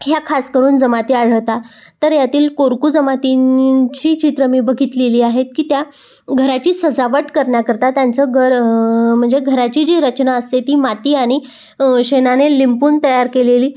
ह्या खास करून जमाती आढळतात तर यातील कोरकू जमातींची चित्रं मी बघितलेली आहेत की त्या घराची सजावट करण्याकरता त्यांचं घर म्हणजे घराची जी रचना असते ती माती आनि शेणाने लिंपून तयार केलेली